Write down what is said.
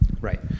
Right